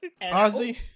Ozzy